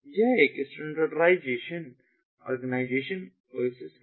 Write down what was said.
यह एक standardisation organisation OASIS है